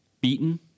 beaten